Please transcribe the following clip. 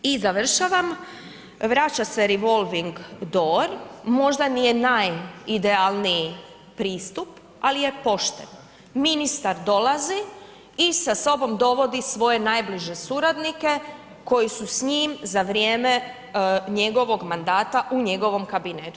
I završavam vraća se revolving door, možda nije najidealniji pristup, ali je pošteno, ministar dolazi i sa sobom dovodi svoje najbliže suradnike koji su s njim za vrijeme njegovog mandata u njegovom kabinetu.